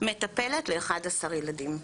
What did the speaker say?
מטפלת ל- 11 ילדים.